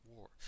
War